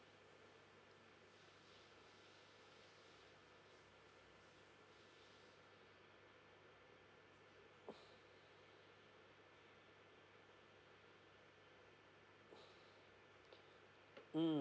mm